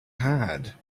had